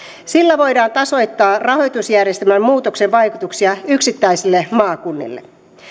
sillä voidaan tasoittaa rahoitusjärjestelmän muutoksen vaikutuksia yksittäisille maakunnille